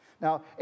Now